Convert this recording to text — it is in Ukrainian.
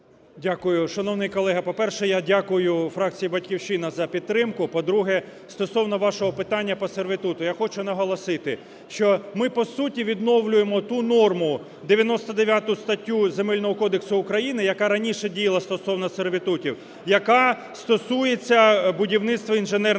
Дякую. Шановний колега, по-перше, я дякую фракції "Батьківщина" за підтримку. По-друге, стосовно вашого питання по сервітуту. Я хочу наголосити, що ми по суті відновлюємо ту норму, 99 статтю Земельного кодексу України, яка раніше діяла стосовно сервітутів, яка стосується будівництва інженерних об'єктів.